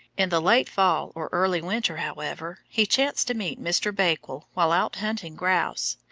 in the late fall or early winter, however, he chanced to meet mr. bakewell while out hunting grouse,